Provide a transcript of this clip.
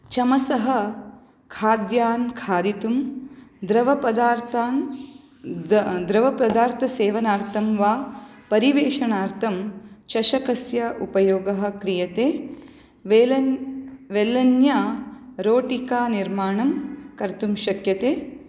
चमसः खाद्यान् खादितुं द्रवपदार्थान् द् द्रवपदार्थसेवनार्थं वा परिवेशनार्थं चषकस्य उपयोगः क्रियते वेलन् वेल्लन्या रोटिकानिर्माणं कर्तुं शक्यते